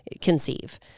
conceive